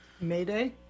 Mayday